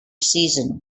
season